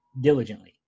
diligently